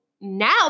now